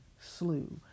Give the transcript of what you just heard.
slew